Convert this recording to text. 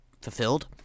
fulfilled